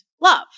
love